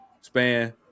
span